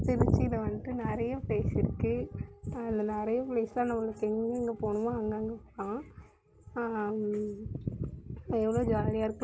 திருச்சியில் வந்துட்டு நிறைய ப்ளேஸ் இருக்குது அதில் நிறைய ப்ளேஸ்யெலாம் நம்மளுக்கு எங்கெங்கே போகணுமோ அங்கங்கே போகலாம் எவ்வளோ ஜாலியாக இருக்கும்